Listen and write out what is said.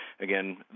Again